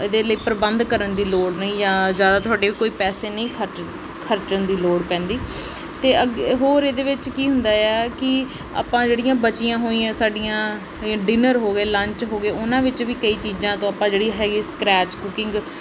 ਇਹਦੇ ਲਈ ਪ੍ਰਬੰਧ ਕਰਨ ਦੀ ਲੋੜ ਨਹੀਂ ਜਾਂ ਜ਼ਿਆਦਾ ਤੁਹਾਡੇ ਕੋਈ ਪੈਸੇ ਨਹੀਂ ਖਰਚ ਖਰਚਣ ਦੀ ਲੋੜ ਪੈਂਦੀ ਅਤੇ ਅਗ ਹੋਰ ਇਹਦੇ ਵਿੱਚ ਕੀ ਹੁੰਦਾ ਆ ਕਿ ਆਪਾਂ ਜਿਹੜੀਆਂ ਬਚੀਆਂ ਹੋਈਆਂ ਸਾਡੀਆਂ ਡਿਨਰ ਹੋ ਗਏ ਲੰਚ ਹੋ ਗਏ ਉਹਨਾਂ ਵਿੱਚ ਵੀ ਕਈ ਚੀਜ਼ਾਂ ਤੋਂ ਆਪਾਂ ਜਿਹੜੀ ਹੈਗੀ ਸਕਰੈਚ ਕੁਕਿੰਗ